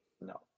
No